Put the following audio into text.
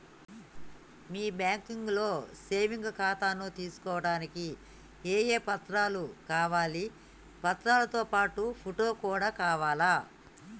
మీ బ్యాంకులో సేవింగ్ ఖాతాను తీసుకోవడానికి ఏ ఏ పత్రాలు కావాలి పత్రాలతో పాటు ఫోటో కూడా కావాలా?